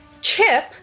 Chip